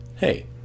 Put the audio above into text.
Hey